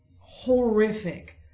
horrific